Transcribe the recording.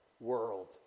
world